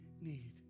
need